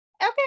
okay